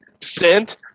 Sent